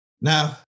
Now